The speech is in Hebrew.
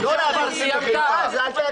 לא להבעיר צמיגים --- ג'עפר.